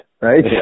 right